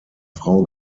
frau